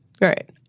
right